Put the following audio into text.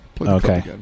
Okay